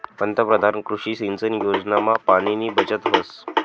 पंतपरधान कृषी सिंचन योजनामा पाणीनी बचत व्हस